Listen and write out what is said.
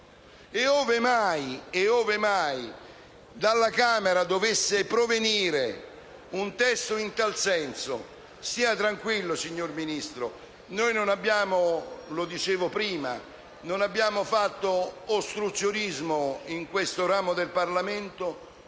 e, ove mai dalla Camera dovesse provenire un testo in tal senso,